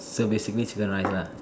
so basically chicken rice lah